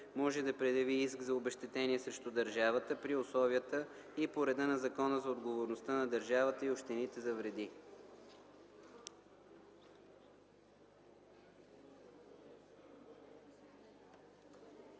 може да предяви иск за обезщетение срещу държавата при условията и по реда на Закона за отговорността на държавата и общините за вреди.”